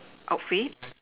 outfit